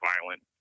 violent